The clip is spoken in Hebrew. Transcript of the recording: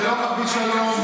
זה לא מביא שלום,